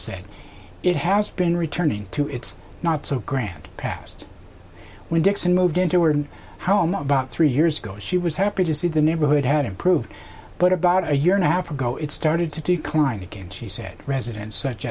say it has been returning to its not so grand past when dixon moved into or how i'm not about three years ago she was happy to see the neighborhood had improved but about a year and a half ago it started to decline again she said residents such